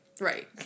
right